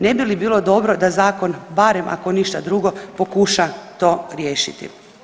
Ne bi li bilo dobro da zakon barem ako ništa drugo pokuša to riješiti?